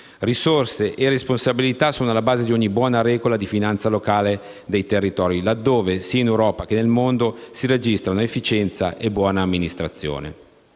Risorse e responsabilità sono alla base di ogni buona regola di finanza locale dei territori laddove, sia in Europa che nel mondo, si registrano efficienza e buona amministrazione.